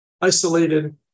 isolated